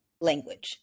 language